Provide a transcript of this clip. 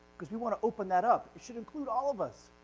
because we want to open that up. it should include all of us.